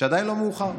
שעדיין לא מאוחר,